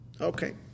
Okay